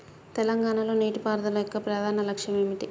తెలంగాణ లో నీటిపారుదల యొక్క ప్రధాన లక్ష్యం ఏమిటి?